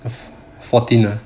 fourteen ah